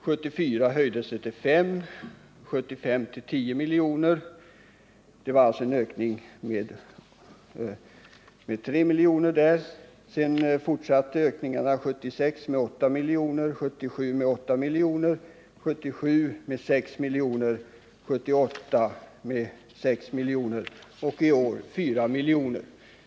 1973 75 till 10 miljoner. Det var alltså en ökning med 3 miljoner. Sedan fortsatte ökningen 1975 77 blev det en ökning med 6 miljoner, och samma ökning blev det 1977 79 är ökningen 4 miljoner.